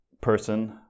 person